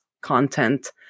content